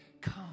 come